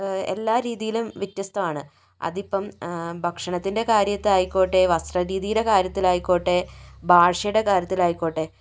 എല്ലാ രീതിയിലും വ്യത്യസ്തമാണ് അതിപ്പം ഭക്ഷണത്തിൻ്റെ കാര്യത്തിൽ ആയിക്കോട്ടെ വസ്ത്ര രീതിയുടെ കാര്യത്തിൽ ആയിക്കോട്ടെ ഭാഷയുടെ കാര്യത്തിൽ ആയിക്കോട്ടെ